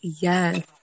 Yes